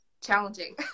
challenging